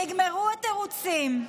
נגמרו התירוצים.